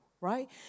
right